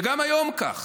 וגם היום כך.